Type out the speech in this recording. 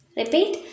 repeat